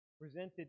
presented